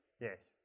yes